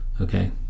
Okay